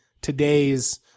today's